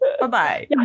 Bye-bye